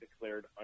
declared